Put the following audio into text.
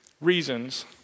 reasons